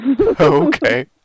Okay